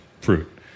fruit